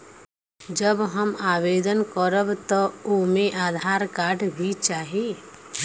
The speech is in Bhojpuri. जब हम आवेदन करब त ओमे आधार कार्ड भी चाही?